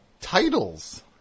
titles